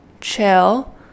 chill